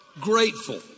Grateful